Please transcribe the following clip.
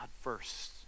first